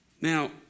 Now